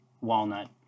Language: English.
Walnut